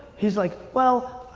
he's like, well,